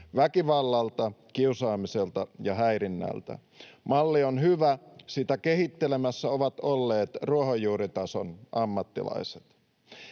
väkivallalta, kiusaamiselta ja häirinnältä. Malli on hyvä. Sitä kehittelemässä ovat olleet ruohonjuuritason ammattilaiset.